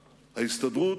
ההסתדרות,